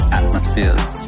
atmospheres